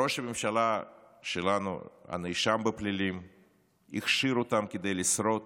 ראש הממשלה שלנו הנאשם בפלילים הכשיר אותם כדי לשרוד,